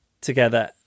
together